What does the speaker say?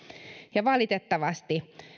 ja valitettavasti